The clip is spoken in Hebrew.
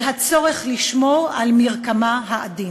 על הצורך לשמור על מרקמה העדין.